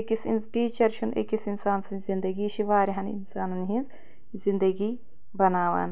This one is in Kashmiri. أکِس ٹیٖچر چھُنہٕ أکِس اِنسان سٕنٛز زِندگی یہِ چھِ واریاہَن اِنسانَن ہنٛز زِندگی بَناوان